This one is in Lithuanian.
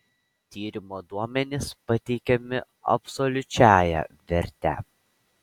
tyrimo duomenys pateikiami absoliučiąja verte